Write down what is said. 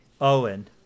owen